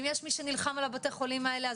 ואם יש מי שנלחם על בתי החולים האלה,